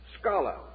scholar